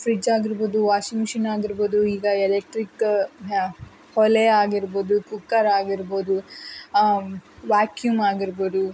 fridge ಆಗಿರ್ಬೋದು washing machine ಆಗಿರ್ಬೋದು ಈಗ ಎಲೆಕ್ಟ್ರಿಕ್ ಹಾ ಒಲೆ ಆಗಿರ್ಬೋದು ಕುಕ್ಕರ್ ಆಗಿರ್ಬೋದು ವ್ಯಾಕ್ಯೂಮ್ ಆಗಿರ್ಬೋದು